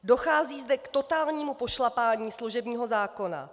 Dochází zde k totálnímu pošlapání služebního zákona.